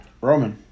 Roman